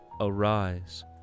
Arise